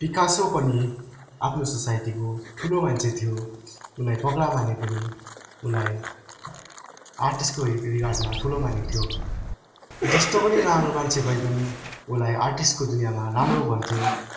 Picasso पनि आफ्नो सोसाइटीको ठुलो मान्छे थियो उसलाई पगला माने पनि उसलाई आर्टिस्टको रि रिकर्डमा ठुलो मानिन्थ्यो जस्तो पनि नराम्रो मान्छे भए पनि उसलाई आर्टिस्टको दुनियाँमा राम्रो भनिन्थ्यो